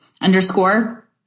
underscore